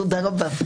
תודה רבה.